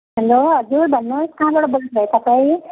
hello हजुर भन्नुहोस् कहाँबाट बोल्नु भयो तपाईँ